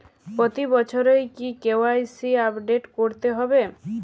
প্রতি বছরই কি কে.ওয়াই.সি আপডেট করতে হবে?